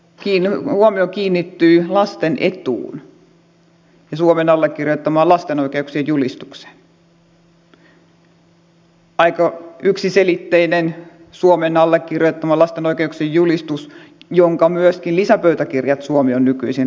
perustuslakivaliokunnankin huomio kiinnittyy lasten etuun ja suomen allekirjoittamaan lasten oikeuksien julistukseen aika yksiselitteinen suomen allekirjoittama lasten oikeuksien julistus jonka lisäpöytäkirjat suomi on myöskin nykyisin ratifioinut